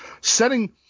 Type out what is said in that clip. setting